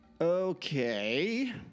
Okay